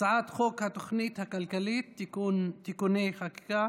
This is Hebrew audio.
הצעת חוק התוכנית הכלכלית (תיקוני חקיקה